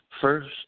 First